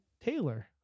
Taylor